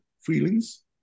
feelings